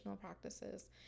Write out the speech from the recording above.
practices